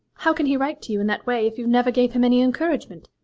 how can he write to you in that way if you never gave him any encouragement